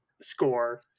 score